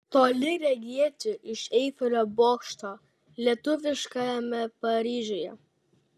toli regėti iš eifelio bokšto lietuviškajame paryžiuje